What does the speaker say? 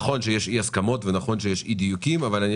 נכון שיש אי-הסכמות ואי-דיוקים אבל אני